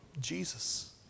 Jesus